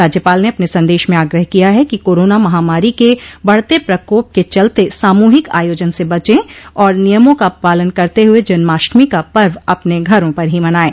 राज्यपाल ने अपने संदेश में आग्रह किया है कि कोरोना महामारी के बढ़ते प्रकोप के चलते सामूहिक आयोजन से बचें और नियमों का पालन करते हुये जन्माष्टमी का पर्व अपने घरों पर ही मनायें